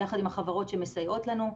יחד עם החברות שמסייעות לנו,